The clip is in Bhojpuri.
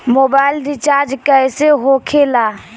मोबाइल रिचार्ज कैसे होखे ला?